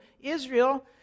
Israel